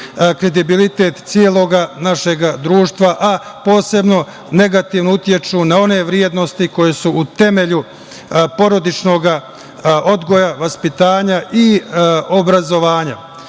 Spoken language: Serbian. kredibilitet celog našeg društva, a posebno negativno utiču na one vrednosti koje su u temelju porodičnog odgoja, vaspitanja i obrazovanja. Sa